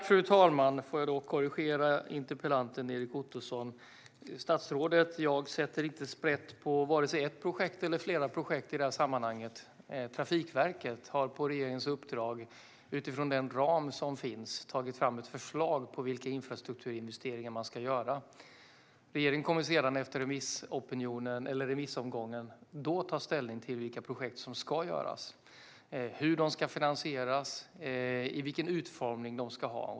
Fru talman! Låt mig korrigera interpellanten Erik Ottoson. Statsrådet, jag, sätter inte sprätt på vare sig ett projekt eller flera projekt i det här sammanhanget. Trafikverket har på regeringens uppdrag utifrån den ram som finns tagit fram ett förslag på vilka infrastrukturinvesteringar man ska göra. Regeringen kommer sedan att efter remissomgången ta ställning till vilka projekt som ska göras, hur de ska finansieras och vilken utformning de ska ha.